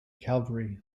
calvary